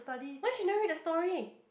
why she never read the story